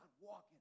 walking